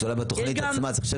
אז אולי בתוכנית עצמה צריך,